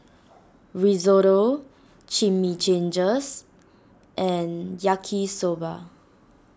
Risotto Chimichangas and Yaki Soba